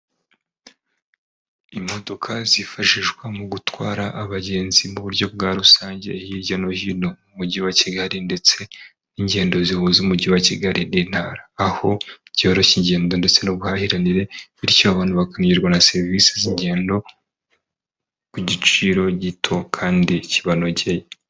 Imodoka zifashishwa mu gutwara abagenzi mu buryo bwa rusange, hirya no hino mu mugi wa Kigali ndetse n'ingendo zihuza umugi wa Kigali n'intara aho byoroshya ingendo ndetse n'ubuhahiranire bityo abantu bakanyurwa na serivise z'ingendo ku giciro gito kandi kibanogeye.